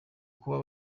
kuba